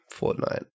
Fortnite